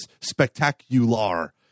spectacular